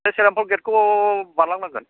बे श्रीरामपुर गेटखौ बारलांनांगोन